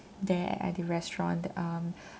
there at the restaurant um